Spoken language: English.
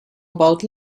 about